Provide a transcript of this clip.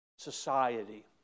society